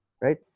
right